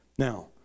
Now